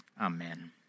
Amen